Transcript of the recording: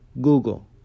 Google